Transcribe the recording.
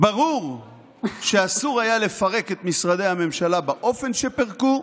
ברור שאסור היה לפרק את משרדי הממשלה באופן שפירקו,